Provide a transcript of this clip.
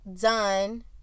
done